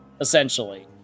essentially